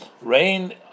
rain